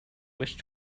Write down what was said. wish